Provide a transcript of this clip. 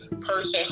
person